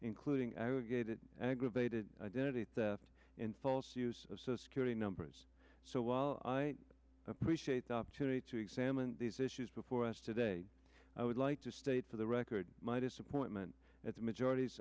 including aggravated identity theft false use of so security numbers so while i appreciate the opportunity to examine these issues before us today i would like to state for the record my disappointment at the majority's